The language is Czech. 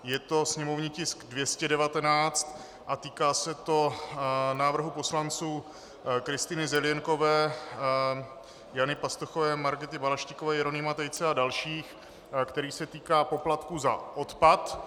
Je to sněmovní tisk 219 a týká se to návrhu poslanců Kristýny Zelienkové, Jany Pastuchové, Margity Balaštíkové, Jeronýma Tejce a dalších, který se týká poplatků za odpad.